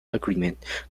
agreement